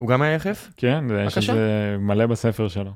הוא גם היה יחף? כן, יש את זה מלא בספר שלו.